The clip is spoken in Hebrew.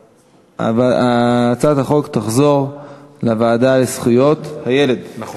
2014, לוועדה לזכויות הילד נתקבלה.